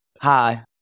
hi